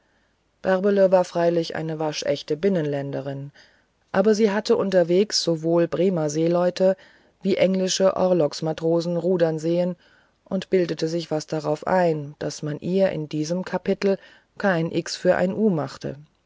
bärbele war freilich eine waschechte binnenländerin aber sie hatte unterwegs sowohl bremer seeleute wie englische orlogsmatrosen rudern sehen und bildete sich was darauf ein daß man ihr in diesem kapitel kein x für ein u mache